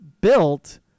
built